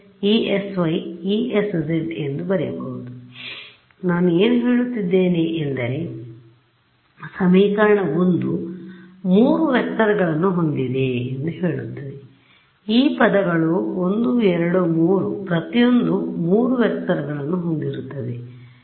ಆದ್ದರಿಂದ ನಾನು ಏನು ಹೇಳುತ್ತಿದ್ದೇನೆ ಎಂದರೆ ಸಮೀಕರಣ 1 3ವೆಕ್ಟರ್ ಗಳನ್ನು ಹೊಂದಿದೆ ಎಂದು ಹೇಳುತ್ತದೆ ಈ ಪದಗಳು 1 2 3 ಪ್ರತಿಯೊಂದು 3 ವೆಕ್ಟರ್ ಗಳನ್ನು ಹೊಂದಿರುತ್ತದೆ